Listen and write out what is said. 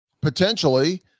potentially